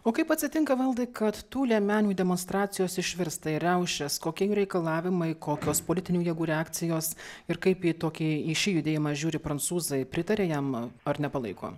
o kaip atsitinka valdai kad tų liemenių demonstracijos išvirsta į riaušes kokie reikalavimai kokios politinių jėgų reakcijos ir kaip į tokį į šį judėjimą žiūri prancūzai pritaria jam ar nepalaiko